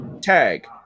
tag